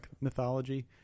mythology